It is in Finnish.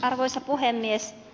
arvoisa puhemies